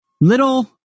little